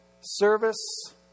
service